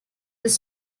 this